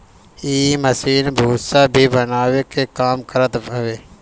इ मशीन भूसा भी बनावे के काम करत हवे